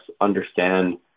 understand